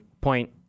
point